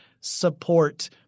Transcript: support